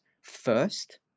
first